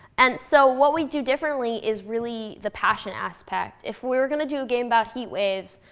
and so what we'd do differently is really the passion aspect. if we're going to do a game about heat waves,